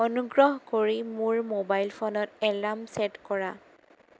অনুগ্ৰহ কৰি মোৰ ম'বাইল ফোনত এলাৰ্ম ছেট কৰা